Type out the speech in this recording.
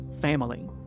family